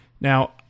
Now